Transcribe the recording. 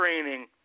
training